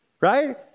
right